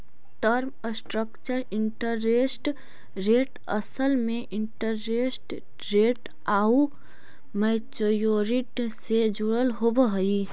term structure interest rate असल में interest rate आउ मैच्योरिटी से जुड़ल होवऽ हई